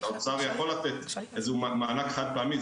האוצר יכול לתת מענק חד פעמי,